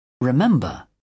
Remember